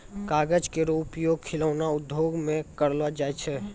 कागज केरो उपयोग खिलौना उद्योग म करलो जाय छै